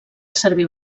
servir